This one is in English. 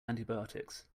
antibiotics